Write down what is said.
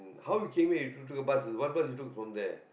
how you came here you took a bus what bus you took from there